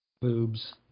Boobs